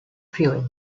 feeling